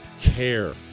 care